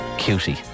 Cutie